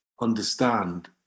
understand